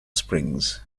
springs